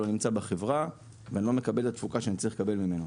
לא נמצא בחברה ואני לא מקבל את התפוקה שאני צריך לקבל ממנו.